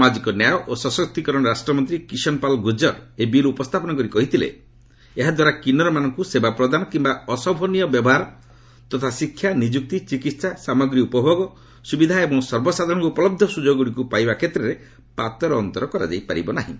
ସାମାଜିକ ନ୍ୟାୟ ଓ ସଶକ୍ତିକରଣ ରାଷ୍ଟ୍ରମନ୍ତ୍ରୀ କିଷନ୍ପାଲ୍ ଗୁଜର ଏହି ବିଲ୍ ଉପସ୍ଥାପନ କରି କହିଥିଲେ ଏହାଦ୍ୱାରା କିନ୍ନରମାନଙ୍କୁ ସେବାପ୍ରଦାନ କିମ୍ବା ଅଶୋଭନୀୟ ବ୍ୟବହାର ତଥା ଶିକ୍ଷା ନିଯୁକ୍ତି ଚିକିହା ସାମଗ୍ରୀ ଉପଭୋଗ ସୁବିଧା ଏବଂ ସର୍ବସାଧାରଣଙ୍କୁ ଉପଲହ୍ଧ ସୁଯୋଗଗୁଡ଼ିକୁ ପାଇବା କ୍ଷେତ୍ରରେ ପାତର ଅନ୍ତର କରାଯାଇପାରିବ ନାହିଁ